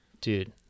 Dude